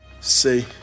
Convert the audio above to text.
See